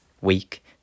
week